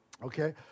Okay